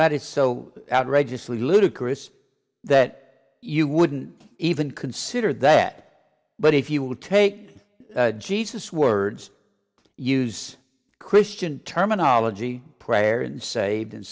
that is so outrageously ludicrous that you wouldn't even consider that but if you would take jesus words use christian terminology prayer and sa